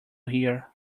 here